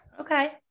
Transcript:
Okay